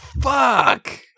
Fuck